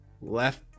left